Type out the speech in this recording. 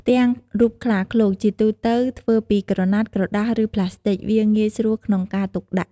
ផ្ទាំងរូបខ្លាឃ្លោកជាទូទៅធ្វើពីក្រណាត់ ក្រដាស ឬប្លាស្ទិកវាងាយស្រួលក្នុងការទុកដាក់។